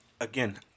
again